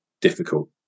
difficult